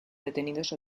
detenidos